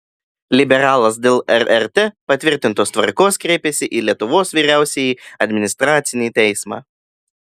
liberalas dėl rrt patvirtintos tvarkos kreipėsi į lietuvos vyriausiąjį administracinį teismą